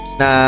na